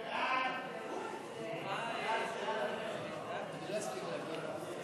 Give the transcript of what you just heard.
ההצעה להעביר את הנושא